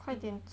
mm